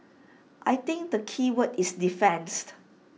I think the keyword is defence